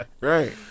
Right